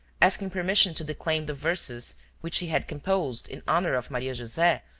asking permission to declaim the verses which he had composed in honor of maria-jose,